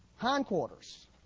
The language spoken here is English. hindquarters